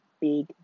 big